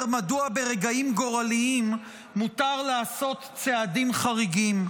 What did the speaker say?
מדוע ברגעים גורליים מותר לעשות צעדים חריגים.